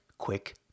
Quick